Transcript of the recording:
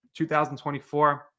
2024